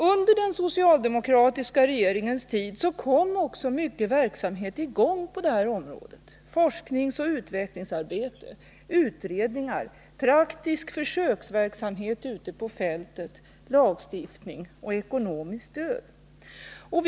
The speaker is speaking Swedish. Under den socialdemokratiska regeringens tid kom också många verksamheter i gång på det här området: forskningsoch utvecklingsarbete, utredningar, praktisk försöksverksamhet ute på fältet, lagstiftning och ekonomiska stödåtgärder.